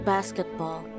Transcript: Basketball